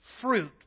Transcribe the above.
fruit